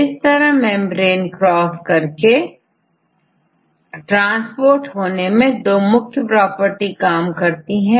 इस तरह membrane cross करके ट्रांसपोर्ट होने में दो मुख्य प्रॉपर्टी काम करती हैं